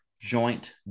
joint